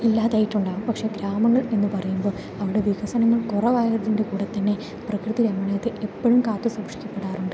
ഇല്ലാതായിട്ടുണ്ടാവും പക്ഷേ ഗ്രാമങ്ങൾ എന്ന് പറയുമ്പോൾ അവിടെ വികസനങ്ങൾ കുറവായതിന്റെ കൂടെത്തന്നെ പ്രകൃതിരമണീയത എപ്പോഴും കാത്തുസൂക്ഷിക്കപ്പെടാറുണ്ട്